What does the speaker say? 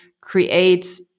create